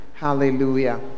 hallelujah